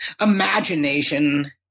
imagination